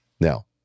Now